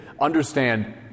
understand